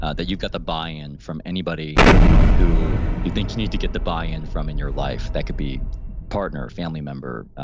ah that you've got the buy in from anybody who you think you need to get the buy in from in your life. that could be partner, family member,